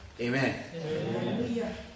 Amen